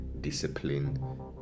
discipline